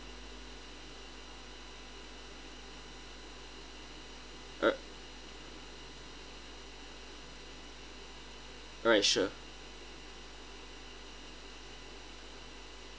uh alright sure